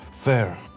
Fair